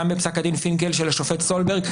גם בפסק הדין פינקל של השופט סולברג,